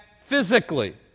physically